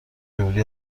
جمهوری